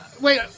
Wait